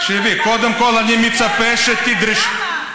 תקשיבי, קודם כול, אני מצפה שתדרשי, למה?